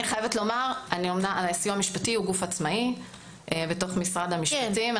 הסיוע המשפטי הוא גוף עצמאי בתוך משרד המשפטים.